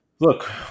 Look